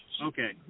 Okay